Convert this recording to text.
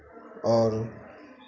और